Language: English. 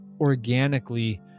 organically